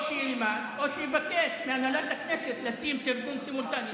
או שילמד או שיבקש מהנהלת הכנסת לשים תרגום סימולטני.